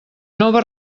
nova